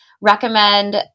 recommend